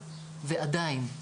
ועדיין,